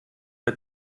der